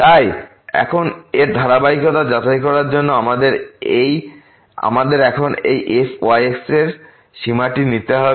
তাই এখন এর ধারাবাহিকতা যাচাই করার জন্য আমাদের এখন এই fyx এর এই সীমাটি কি নিতে হবে